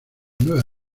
nueva